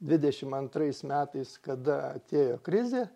dvidešim antrais metais kada atėjo krizė